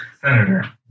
Senator